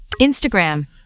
Instagram